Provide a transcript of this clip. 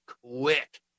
quick